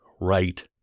right